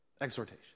Exhortation